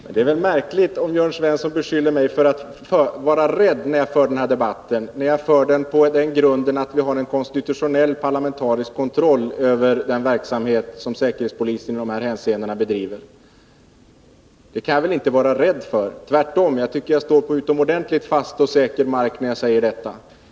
Herr talman! Det är väl litet märkligt om Jörn Svensson beskyller mig för att vara rädd när jag för den här debatten. Jag för den ju på den grunden att vi har en konstitutionell parlamenatrisk kontroll över den verksamhet som säkerhetspolisen i de här hänseendena bedriver. Det kan jag väl inte vara rädd för. Tvärtom tycker jag att jag står på utomordentligt fast och säker mark när jag säger detta.